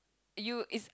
you it's